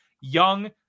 Young